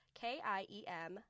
K-I-E-M